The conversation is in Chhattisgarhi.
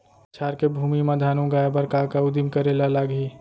कछार के भूमि मा धान उगाए बर का का उदिम करे ला लागही?